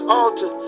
altar